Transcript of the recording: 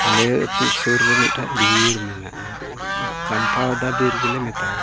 ᱟᱞᱮ ᱟᱹᱛᱩ ᱥᱩᱨ ᱨᱮ ᱢᱤᱫᱴᱟᱱ ᱵᱤᱨ ᱢᱮᱱᱟᱜᱼᱟ ᱪᱟᱢᱯᱟᱫᱟ ᱵᱤᱨ ᱜᱮᱞᱮ ᱢᱮᱛᱟᱜᱟᱜᱼᱟ